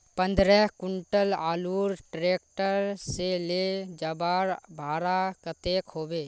पंद्रह कुंटल आलूर ट्रैक्टर से ले जवार भाड़ा कतेक होबे?